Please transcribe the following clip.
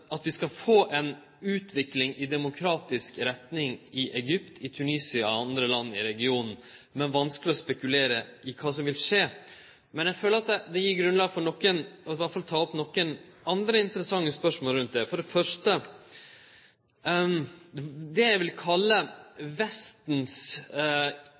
at vi no kan få ei utvikling i demokratisk retning i Egypt, i Tunisia og i andre land i regionen, men det er vanskeleg å spekulere i kva som vil skje. Men eg føler at det gir grunnlag for å ta opp nokre andre interessante spørsmål, for det første det eg vil